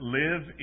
live